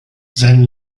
seinen